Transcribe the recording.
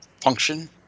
function